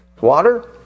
Water